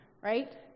Right